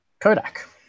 Kodak